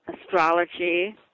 astrology